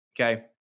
okay